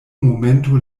momento